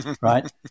Right